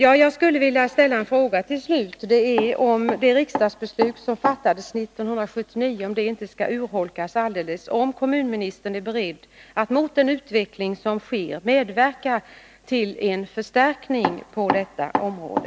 Jag skulle till slut vilja ställa en fråga som har att göra med att riksdagsbeslutet 1979 inte alldeles skall urholkas: Är kommunministern beredd att nu när man ser den utveckling som sker medverka till en förstärkning på detta område?